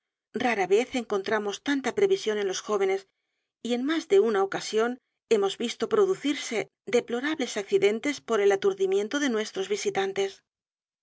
rara vez encontramos tanta previsión en los jóvenes y en más de una ocasión hemos visto producirse deplorables accidentesporel aturdimiento de nuestros visitantes